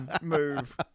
move